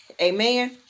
Amen